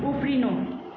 उफ्रिनु